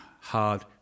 hard